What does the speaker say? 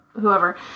whoever